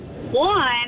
One